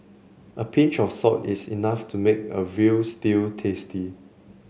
a pinch of salt is enough to make a veal stew tasty